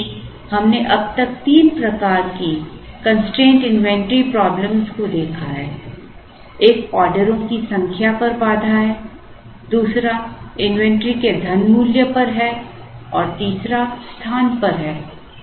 इसलिए हमने अब तक तीन प्रकार की कंस्ट्रेंट इन्वेंटरी प्रॉब्लम को देखा है एक ऑर्डरों की संख्या पर बाधा है दूसरा इन्वेंटरी के धनमूल्य पर है और तीसरा स्थान पर है